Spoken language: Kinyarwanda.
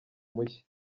mushya